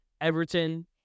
Everton